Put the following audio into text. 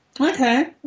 Okay